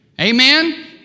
Amen